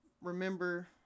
remember